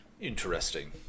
Interesting